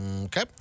Okay